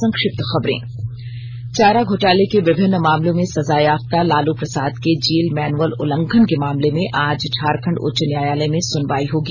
संक्षिप्त खबरें चारा घोटाले के विभिन्न मामलों में सजायाफ्ता लालू प्रसाद के जेल मैनुअल उल्लंघन के मामले में आज झारखंड उच्च न्यायालय में सुनवाई होगी